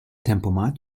tempomat